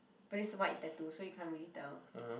but it's a white tattoo so you can't really tell